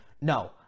No